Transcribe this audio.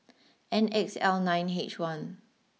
N X L nine H one